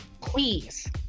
please